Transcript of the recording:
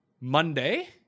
Monday